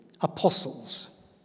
apostles